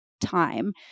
time